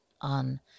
on